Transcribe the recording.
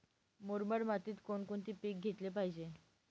मुरमाड मातीत कोणकोणते पीक घेतले पाहिजे?